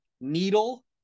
needle